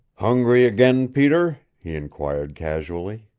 hungry again, peter? he inquired casually.